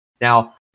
Now